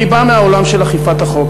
אני בא מהעולם של אכיפת החוק,